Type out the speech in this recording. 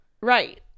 Right